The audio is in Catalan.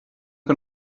que